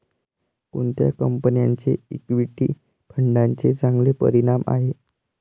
कोणत्या कंपन्यांचे इक्विटी फंडांचे चांगले परिणाम आहेत?